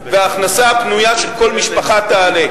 וההכנסה הפנויה של כל משפחה תעלה.